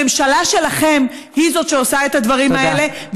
הממשלה שלכם היא זו שעושה את הדברים האלה,